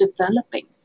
developing